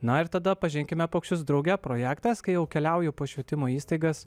na ir tada pažinkime paukščius drauge projektas kai jau keliauju po švietimo įstaigas